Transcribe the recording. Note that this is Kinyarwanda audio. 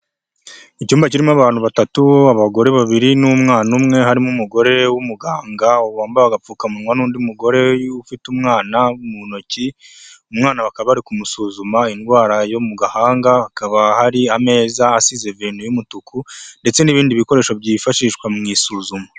Icyumba kirimo abantu batatu abagore babiri n'umwana umwe, harimo umugore w'umuganga wambaye agapfukamunwa n'undi mugore ufite umwana mu ntoki, umwana bakaba bari kumusuzuma indwara yo mu gahanga, hakaba hari ameza asize verine y'umutuku ndetse n'ibindi bikoresho byifashishwa mu isuzuma.